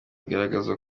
igaragaza